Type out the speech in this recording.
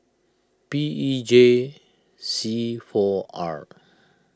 P E J C four R